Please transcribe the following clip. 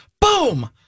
boom